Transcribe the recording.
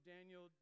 Daniel